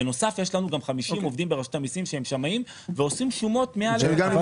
יש לנו גם 50 עובדים ברשות המיסים שהם שמאים ועושים שומות מא' עד